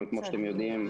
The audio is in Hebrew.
וכמו שאתם יודעים,